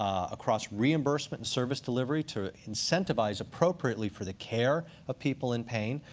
um across reimbursement and service delivery, to incentivize appropriately for the care of people in pain,